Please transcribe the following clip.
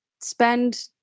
spend